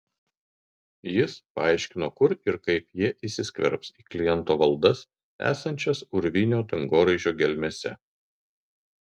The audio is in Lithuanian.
jis paaiškino kur ir kaip jie įsiskverbs į kliento valdas esančias urvinio dangoraižio gelmėse